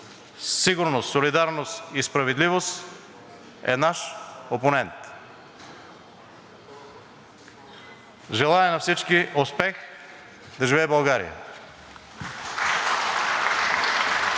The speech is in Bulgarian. сигурност, солидарност и справедливост, е наш опонент. Желая на всички успех! Да живее България! (Народните